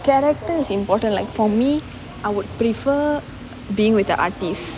character is important like for me I would prefer being with the artist